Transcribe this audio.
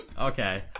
Okay